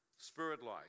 spirit-like